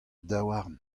daouarn